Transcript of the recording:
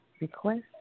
request